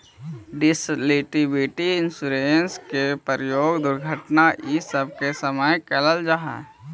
disability insurance के प्रयोग दुर्घटना इ सब के समय कैल जा हई